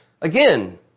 again